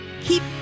keep